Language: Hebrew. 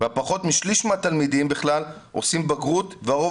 בה פחות מ-1/3 מהתלמידים עושים בגרות והרוב